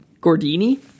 Gordini